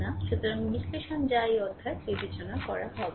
সুতরাং বিশ্লেষণ যা এই অধ্যায়ে বিবেচনা করা হবে না